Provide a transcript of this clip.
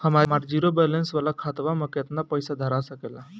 हमार zero balance वाला खतवा म केतना पईसा धरा सकेला?